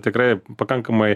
tikrai pakankamai